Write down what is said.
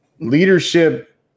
Leadership